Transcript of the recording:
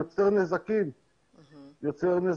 יוצר נזקים ללקוחות,